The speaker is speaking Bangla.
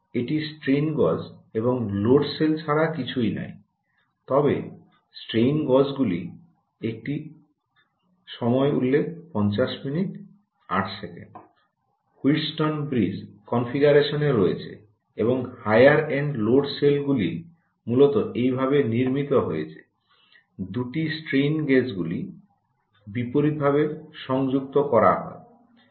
এটি স্ট্রেইন গজ এবং লোড সেল ছাড়া কিছুই নয় তবে স্ট্রেইন গজগুলি একটি সময় উল্লেখ 5008 হুইটস্টোন ব্রিজ কনফিগারেশনে রয়েছে এবং হায়ার এন্ড লোড সেলগুলি মূলত এইভাবে নির্মিত হয়েছে দুটি স্ট্রেইন গেজগুলি বিপরীতভাবে সংযুক্ত করা হয়